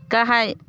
गाहाय